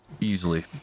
Easily